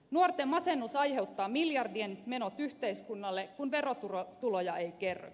nuorten masennus aiheuttaa miljardien menot yhteiskunnalle kun verotuloja ei kerry